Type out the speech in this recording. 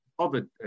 COVID